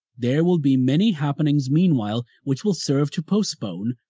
there will be many happenings meanwhile which will serve to postpone,